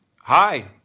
Hi